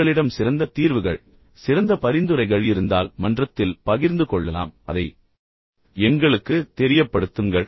உங்களிடம் சிறந்த தீர்வுகள் இருந்தால் சிறந்த பரிந்துரைகள் பயன்படுத்தவும் நாம் அதை ந்தால் மன்றத்தில் பகிர்ந்து கொள்ளலாம் அதைப் எங்களுக்கு தெரியப்படுத்துங்கள்